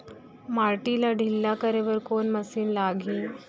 माटी ला ढिल्ला करे बर कोन मशीन लागही?